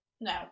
No